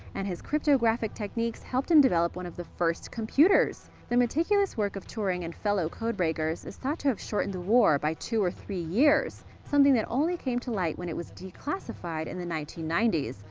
and his cryptographic techniques helped him develop one of the first computers. the meticulous work of turing and fellow codebreakers is thought to have shortened the war by two or three years, something that only came to light when it was declassified in the nineteen ninety s,